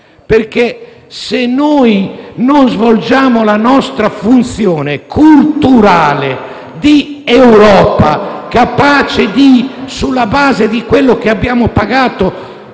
perché se noi non svolgiamo la nostra funzione culturale di Europa, capace, sulla base di quello che abbiamo pagato